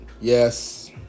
Yes